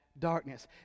darkness